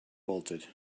bolted